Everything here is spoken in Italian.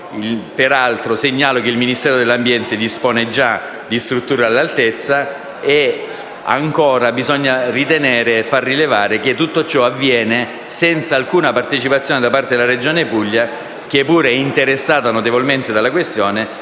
Peraltro, segnalo che il Ministero dell'ambiente dispone già di strutture all'altezza; bisogna far altresì rilevare che tutto ciò avviene senza alcuna partecipazione della Regione Puglia, che pure è interessata notevolmente dalla questione.